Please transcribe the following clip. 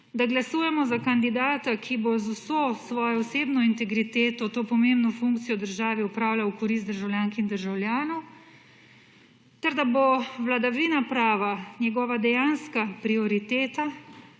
da glasujemo za kandidata, ki bo z vso svojo osebno integriteto to pomembno funkcijo države opravljal v korist državljank in državljanov, ter da bo vladavina prava njegova dejanska prioriteta,